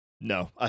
No